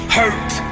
hurt